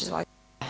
Izvolite.